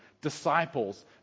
disciples